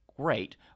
great